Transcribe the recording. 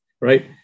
right